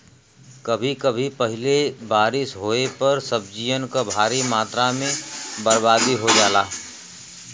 कभी कभी पहिले बारिस होये पर सब्जियन क भारी मात्रा में बरबादी हो जाला